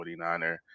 49er